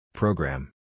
program